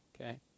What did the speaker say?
Okay